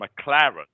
McLaren